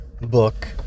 book